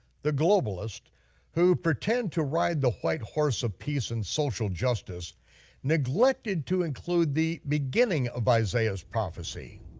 the globalist who pretend to ride the white horse of peace and social justice neglected to include the beginning of isaiah's prophecy.